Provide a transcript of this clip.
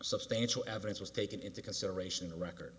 substantial evidence was taken into consideration the record